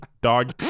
dog